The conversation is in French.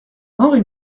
henri